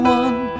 one